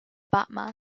batman